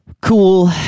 cool